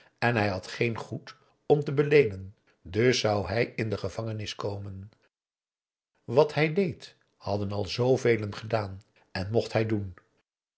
en hij had geen goed om te beleenen dus zou hij in de gevangenis komen wat hij deed hadden al zoovelen gedaan en mocht hij doen